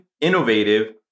innovative